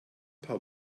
paar